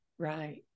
Right